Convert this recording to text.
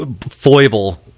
foible